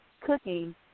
cooking